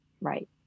Right